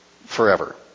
forever